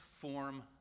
form